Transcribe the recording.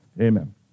Amen